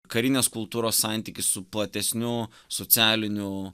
karinės kultūros santykis su platesniu socialiniu